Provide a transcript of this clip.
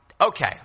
Okay